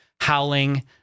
howling